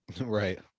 Right